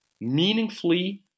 meaningfully